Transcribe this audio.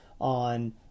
on